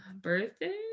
birthday